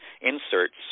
inserts